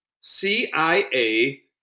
CIA